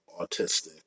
autistic